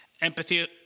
empathy –